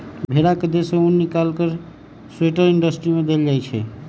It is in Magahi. भेड़ा के देह से उन् निकाल कऽ स्वेटर इंडस्ट्री में देल जाइ छइ